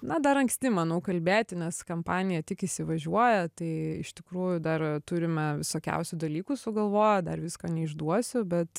na dar anksti manau kalbėti nes kampanija tik įsivažiuoja tai iš tikrųjų dar turime visokiausių dalykų sugalvoję dar visko neišduosiu bet